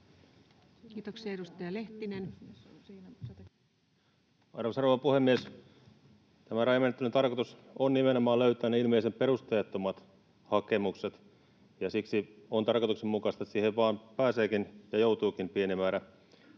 Time: 17:35 Content: Arvoisa rouva puhemies! Tämän rajamenettelyn tarkoitus on nimenomaan löytää ne ilmeisen perusteettomat hakemukset. Siksi on tarkoituksenmukaista, että siihen pääseekin ja joutuukin vain pieni määrä